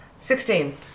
Sixteen